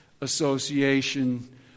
Association